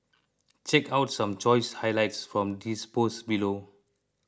check out some choice highlights from his post below